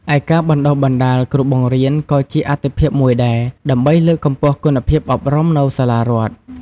ឯការបណ្តុះបណ្តាលគ្រូបង្រៀន ក៏ជាអាទិភាពមួយដែរ ដើម្បីលើកកម្ពស់គុណភាពអប់រំនៅសាលារដ្ឋ។